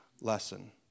lesson